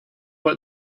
what